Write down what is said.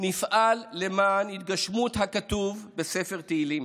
נפעל למען התגשמות הכתוב בספר תהלים: